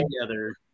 together